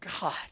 God